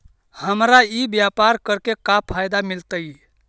हमरा ई व्यापार करके का फायदा मिलतइ?